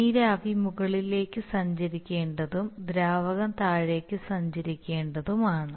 നീരാവി മുകളിലേക്ക് സഞ്ചരിക്കേണ്ടതും ദ്രാവകം താഴേക്ക് സഞ്ചരിക്കേണ്ടതുമാണ്